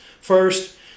First